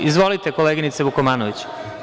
Izvolite koleginice Vukomanović.